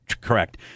correct